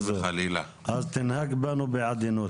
אז תנהג בנו בעדינות בבקשה.